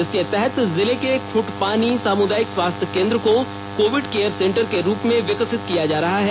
इसके तहत जिले के खूंटपानी सामुदायिक स्वास्थ्य केंद्र को कोविड केयर सेंटर के रूप में विकसित किया जा रहा है